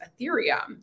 Ethereum